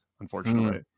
unfortunately